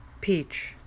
Peach